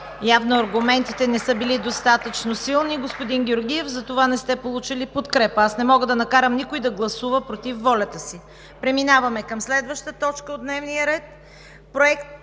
Явно аргументите не са били достатъчно силни, господин Георгиев, затова не сте получили подкрепа. Не мога да накарам никой да гласува против волята си. Преминаваме към следваща точка от дневния ред: